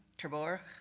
ter borch,